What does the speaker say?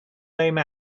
name